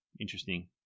Interesting